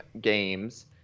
games